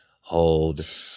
hold